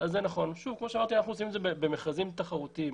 כמו שאמרתי, אנחנו עושים את זה במכרזים תחרותיים.